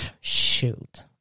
shoot